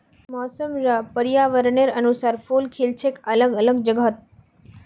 मौसम र पर्यावरनेर अनुसार फूल खिल छेक अलग अलग जगहत